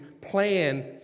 plan